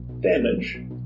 damage